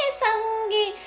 Sangi